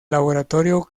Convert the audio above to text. laboratorio